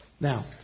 Now